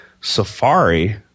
Safari